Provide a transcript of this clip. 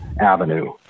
avenue